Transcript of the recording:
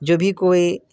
जो भी कोई